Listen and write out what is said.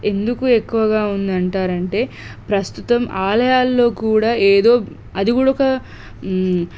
ఎందుకు ఎక్కువగా ఉంది అంటారు అంటే ప్రస్తుతం ఆలయాల్లో కూడా ఎదో అది కూడా ఒక